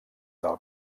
del